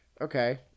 Okay